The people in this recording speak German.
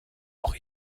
auch